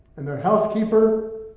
and their housekeeper,